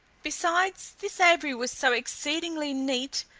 besides, this aviary was so exceedingly neat,